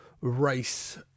race